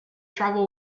travel